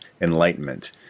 enlightenment